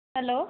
hello